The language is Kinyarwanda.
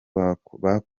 bakoranye